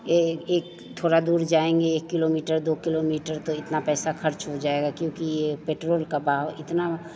यह एक थोड़ी दूर जाएँगे एक किलोमीटर दो किलोमीटर तो इतना पैसा खर्च हो जाएगा क्योंकि यह पेट्रोल का भाव इतना